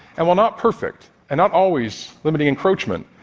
and while not perfect, and not always limiting encroachment,